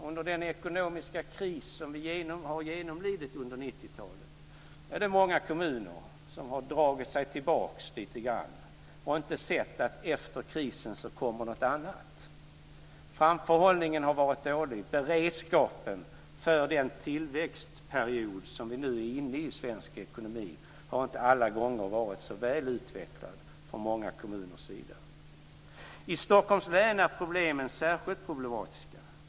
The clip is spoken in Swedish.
Under den ekonomiska kris som vi genomled under 90-talet var det många kommuner som drog sig tillbaka lite grann och som inte har sett att efter krisen kommer något annat. Framförhållningen har varit dålig. Beredskapen för den tillväxtperiod som vi nu är inne i i svensk ekonomi har inte alla gånger varit så väl utvecklad från många kommuners sida. I Stockholms län är problemen särskilt stora.